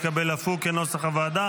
כנוסח הוועדה,